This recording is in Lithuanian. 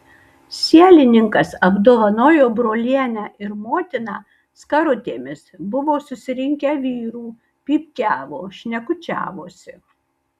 sielininkas apdovanojo brolienę ir motiną skarutėmis buvo susirinkę vyrų pypkiavo šnekučiavosi